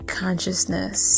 consciousness